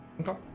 Okay